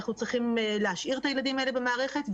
צריכים להשאיר את הילדים האלה במערכת,